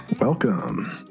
Welcome